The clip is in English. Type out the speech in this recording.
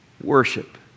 worship